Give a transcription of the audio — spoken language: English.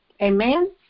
Amen